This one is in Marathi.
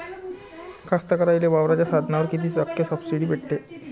कास्तकाराइले वावराच्या साधनावर कीती टक्के सब्सिडी भेटते?